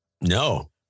No